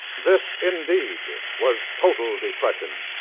this indeed was total depression.